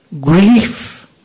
grief